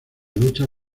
lucha